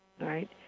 right